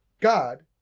God